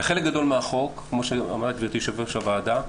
בחלק מהחוק, כמו שאמרה גברתי יושבת-ראש הוועדה,